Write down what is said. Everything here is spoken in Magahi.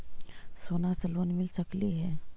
सोना से लोन मिल सकली हे?